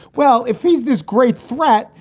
well, if he's this great threat,